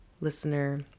listener